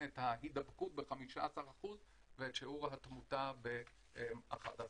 את ההידבקות ב-15% ואת שיעור התמותה ב-11%.